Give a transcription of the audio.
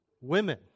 Women